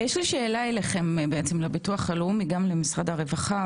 יש לי שאלה אליכם לביטוח לאומי וגם למשרד הרווחה,